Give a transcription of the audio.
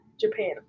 Japan